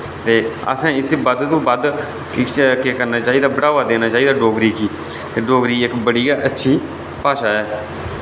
ते असें इसी बध्द तों बध्द किश केह् करना चाहिदा बढ़ावा देना चाहिदा डोगरी गी ते डोगरी इक बड़ी गै अच्छी भाशा ऐ